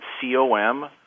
C-O-M